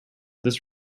this